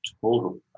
total